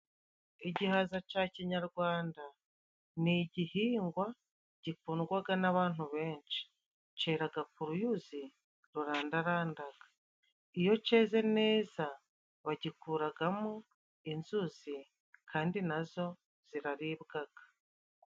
Igihaza ca kinyarwanda ni igihingwa gikundwaga n'abantu benshi. Ceraga ku ruyuzi rurandarandaga. Iyo ceze neza bagikuragamo inzuzi kandi nazo ziraribwaga.